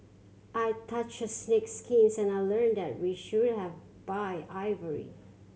I touched a snake's skin and I learned that we shouldn't have buy ivory